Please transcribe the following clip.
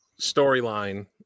storyline